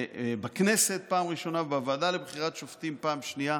בכנסת בפעם הראשונה ובוועדה לבחירת שופטים בפעם השנייה,